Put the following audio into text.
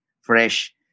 fresh